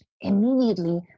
immediately